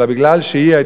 אלא מפני שהיא חיה